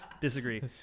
disagree